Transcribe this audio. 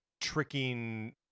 tricking